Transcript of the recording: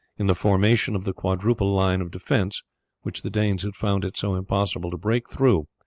in the formation of the quadruple line of defence which the danes had found it so impossible to break through,